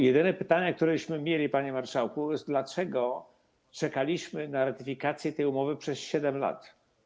Jedyne pytanie, któreśmy mieli, panie marszałku, to pytanie, dlaczego czekaliśmy na ratyfikację tej umowy przez 7 lat.